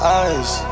eyes